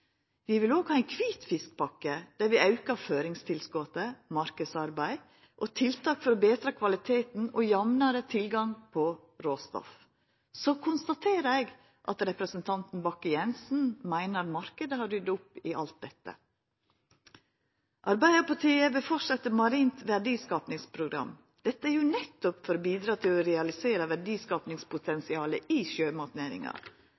Vi vil òg ha ein kvitfiskpakke der vi aukar føringstilskotet, marknadsarbeidet og tiltaka for å betra kvaliteten og får jamnare tilgang på råstoff. Så konstaterer eg at representanten Bakke-Jensen meiner at marknaden har rydda opp i alt dette. Arbeidarpartiet vil fortsetja Marint verdiskapingsprogram. Dette er jo nettopp for å bidra til å realisera